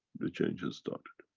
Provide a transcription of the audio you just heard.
the change has started.